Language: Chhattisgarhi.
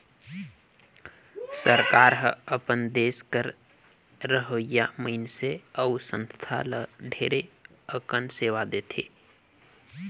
सरकार हर अपन देस कर रहोइया मइनसे अउ संस्था ल ढेरे अकन सेवा देथे